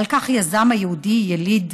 ועל כך יזם היהודי יליד